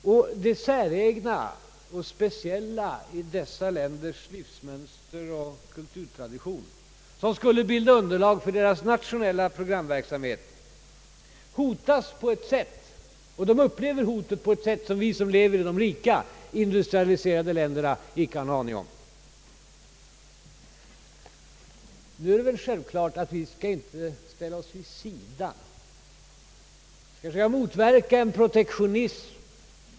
Det säregna och speciella i dessa länders livsmönster och kulturtradition, som skulle bilda underlag för deras nationella programverksamhet, hotas på ett sätt som vi i de rika industrialiserade länderna inte har en aning om. Emellertid är det väl självklart att vi inte bör ställa oss vid sidan. Vi skall motverka en protektionism.